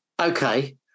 Okay